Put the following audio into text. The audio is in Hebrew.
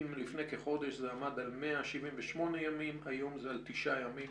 אם לפני כחודש זה עמד על 178 ימים היום זה על 9 ימים